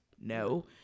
No